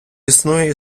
існує